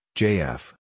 jf